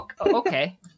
Okay